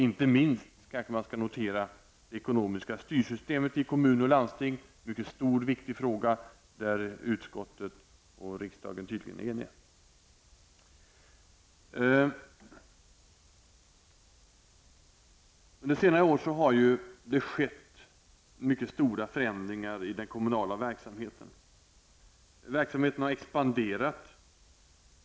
Inte minst kanske man skall notera frågan om det ekonomiska styrsystemet i kommuner och landsting, en mycket stor och viktig fråga, där utskottet och riksdagen tydligen är eniga. Under senare år har det skett mycket stora förändringar i den kommunala verksamheten. Verksamheten har expanderat.